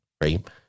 right